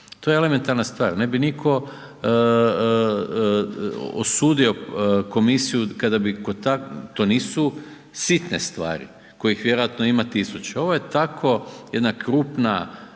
To je elementarna stvar. Ne bi nitko osudio komisiju kada bi kod takvih, to nisu sitne stvari kojih vjerojatno ima tisuću, ovo je tako jedna krupna,